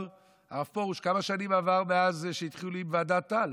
הרב פרוש, כמה שנים עברו מאז שהתחילו עם ועדת טל?